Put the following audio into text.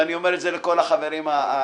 ואני אומר את זה לכל החברים היקרים,